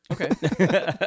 okay